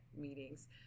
meetings